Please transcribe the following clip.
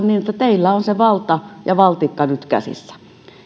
niin että teillä on se valta ja valtikka nyt käsissä